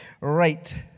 Right